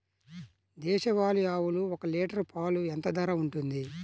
దేశవాలి ఆవులు ఒక్క లీటర్ పాలు ఎంత ధర ఉంటుంది?